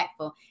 impactful